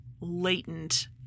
latent